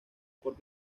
por